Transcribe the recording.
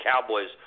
Cowboys